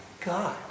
God